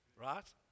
Right